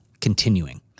continuing